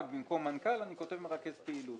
רק במקום מנכ"ל אני כותב מרכז פעילות.